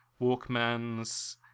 Walkmans